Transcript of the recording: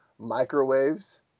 Microwaves